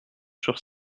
sur